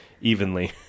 evenly